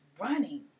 running